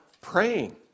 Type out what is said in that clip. praying